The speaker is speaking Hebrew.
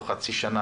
תוך חצי שנה,